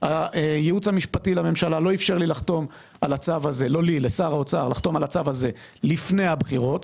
הייעוץ המשפטי לממשלה לא אפשר לשר האוצר לחתום על הצו הזה לפני הבחירות.